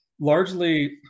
largely